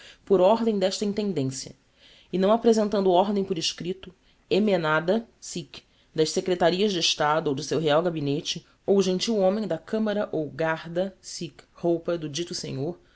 por ordem d'esta intendencia e não apresentando ordem por escripto emenada sic das secretarias de estado ou do seu real gabinete ou gentil homem da camara ou garda sic roupa do dito senhor